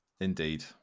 Indeed